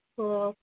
ହଁ